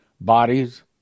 Bodies